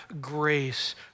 grace